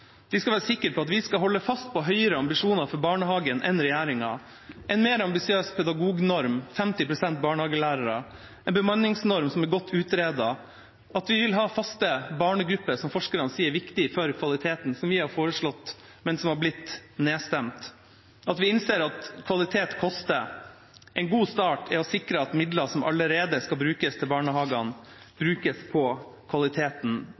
de skal være sikre på at vi skal holde fast på høyere ambisjoner for barnehagen enn det regjeringa har: en mer ambisiøs pedagognorm, 50 pst. barnehagelærere og en bemanningsnorm som er godt utredet, at vi vil ha faste barnegrupper – som forskere sier er viktig for kvaliteten, og som vi har foreslått, men som er blitt nedstemt – og at vi innser at kvalitet koster. En god start er å sikre at midler som allerede skal brukes til barnehagene, brukes på kvaliteten